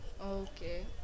okay